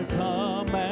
come